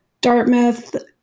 Dartmouth